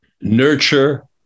nurture